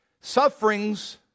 sufferings